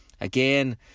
again